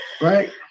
right